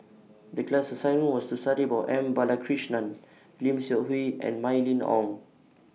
The class assignment was to study about M Balakrishnan Lim Seok Hui and Mylene Ong